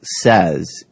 says